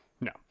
No